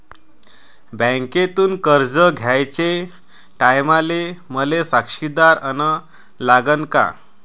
बँकेतून कर्ज घ्याचे टायमाले मले साक्षीदार अन लागन का?